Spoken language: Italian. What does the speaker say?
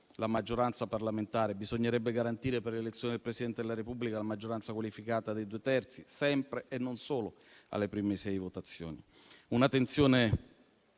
la maggioranza parlamentare, bisognerebbe garantire per l'elezione del Presidente della Repubblica la maggioranza qualificata dei due terzi sempre, e non solo nelle prime sei votazioni.